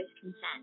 consent